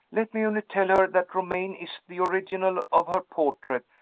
let me only tell her that romayne is the original of her portrait,